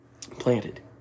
planted